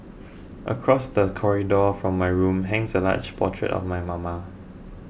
across the corridor from my room hangs a large portrait of my mama